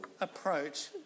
approach